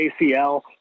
ACL